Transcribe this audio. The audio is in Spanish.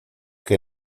que